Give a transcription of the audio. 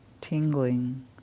tingling